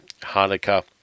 Hanukkah